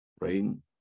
rain